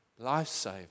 lifesaver